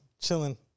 chilling